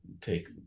take